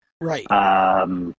Right